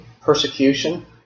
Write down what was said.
persecution